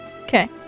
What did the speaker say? Okay